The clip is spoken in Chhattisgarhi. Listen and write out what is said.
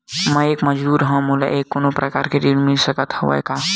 मैं एक मजदूर हंव त मोला कोनो प्रकार के ऋण मिल सकत हे का?